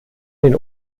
den